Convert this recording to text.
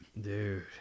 Dude